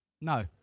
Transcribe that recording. no